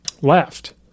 left